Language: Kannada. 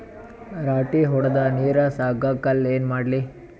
ರಾಟಿ ಹೊಡದ ನೀರ ಸಾಕಾಗಲ್ಲ ಏನ ಮಾಡ್ಲಿ?